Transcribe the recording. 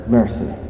mercy